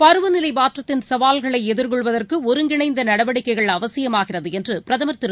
பருவநிலைமாற்றத்தின் சவால்களைஎதிர்கொள்வதற்குஒருங்கிணைந்தநடவடிக்கைகள் அவசியமாகிறதுஎன்றுபிரதமர் திரு